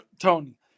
Tony